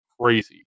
crazy